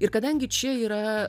ir kadangi čia yra